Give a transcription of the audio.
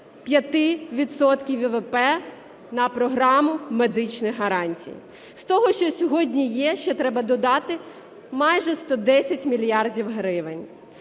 ВВП на програму медичних гарантій. З того, що сьогодні є, ще треба додати майже 110 мільярдів гривень.